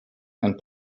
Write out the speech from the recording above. and